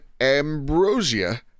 Ambrosia